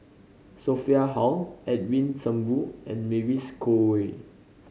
Sophia Hull Edwin Thumboo and Mavis Khoo Oei